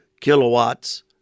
kilowatts